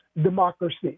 democracy